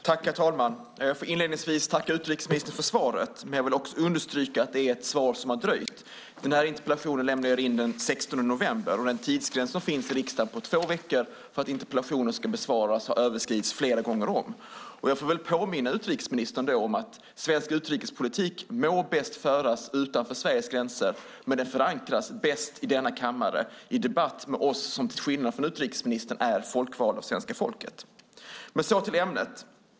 Herr talman! Jag får inledningsvis tacka utrikesministern för svaret, men jag vill också understryka att det är ett svar som har dröjt. Den här interpellationen lämnade jag in den 16 november, och den tidsgräns på två veckor som finns i riksdagen för att besvara interpellationer har överskridits flera gånger om. Jag får väl påminna utrikesministern om att svensk utrikespolitik må bäst föras utanför Sveriges gränser, men den förankras bäst i denna kammare, i debatt med oss som till skillnad från utrikesministern är folkvalda av svenska folket. Till ämnet!